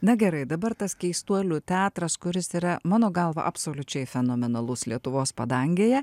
na gerai dabar tas keistuolių teatras kuris yra mano galva absoliučiai fenomenalus lietuvos padangėje